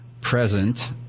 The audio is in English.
present